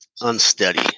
unsteady